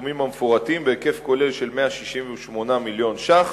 הסכומים המפורטים בהיקף כולל של 168 מיליון שקלים.